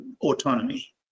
autonomy